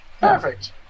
Perfect